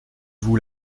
vous